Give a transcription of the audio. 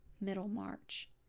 Middlemarch